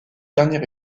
dernier